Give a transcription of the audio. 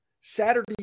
Saturday